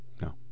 no